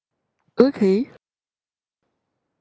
okay